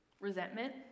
resentment